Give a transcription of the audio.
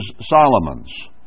Solomon's